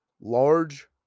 large